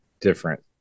different